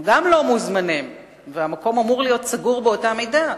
גם הם לא מוזמנים והמקום אמור להיות סגור בפניהם באותה מידה,